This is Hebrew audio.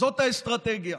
זאת האסטרטגיה,